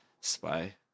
spy